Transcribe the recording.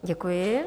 Děkuji.